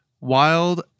Wild